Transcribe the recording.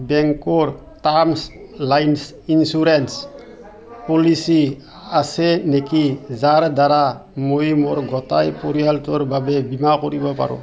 বেংকৰ terms lines insurance policy আছে নেকি যাৰ দ্বাৰা মই মোৰ গোটেই পৰিয়ালটোৰ বাবে বীমা কৰিব পাৰোঁ